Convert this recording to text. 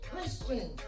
Christian